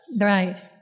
Right